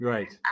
Right